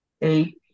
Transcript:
eight